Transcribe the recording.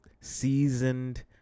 seasoned